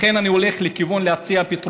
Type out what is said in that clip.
לכן אני הולך לכיוון של להציע פתרונות.